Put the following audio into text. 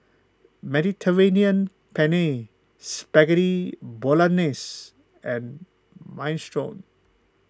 Mediterranean Penne Spaghetti Bolognese and Minestrone